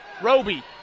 roby